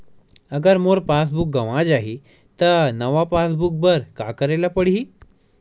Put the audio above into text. अगर मोर पास बुक गवां जाहि त नवा पास बुक बर का करे ल पड़हि?